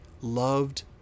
loved